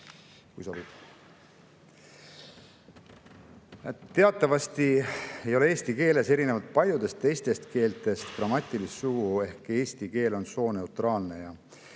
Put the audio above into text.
juurde. Teatavasti ei ole eesti keeles erinevalt paljudest teistest keeltest grammatilist sugu ehk eesti keel on sooneutraalne.